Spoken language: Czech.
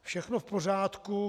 Všechno v pořádku.